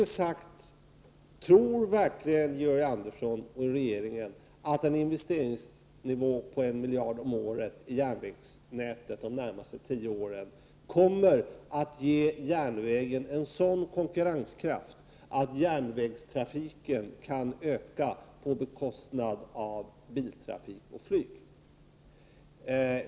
Tror Georg Andersson och regeringen uppriktigt att en investeringsnivå på en miljard om året till järnvägen de närmaste tio åren kommer att ge järnvägen sådan konkurrenskraft att järnvägstrafiken kan öka på bekostnad av biltrafiken och flyget?